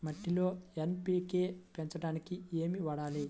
మట్టిలో ఎన్.పీ.కే పెంచడానికి ఏమి వాడాలి?